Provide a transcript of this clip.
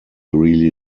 really